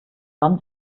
wann